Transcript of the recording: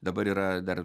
dabar yra dar